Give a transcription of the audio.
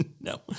No